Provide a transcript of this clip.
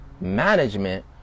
management